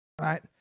Right